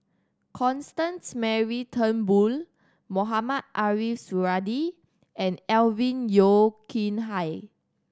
Constance Mary Turnbull Mohamed Ariff Suradi and Alvin Yeo Khirn Hai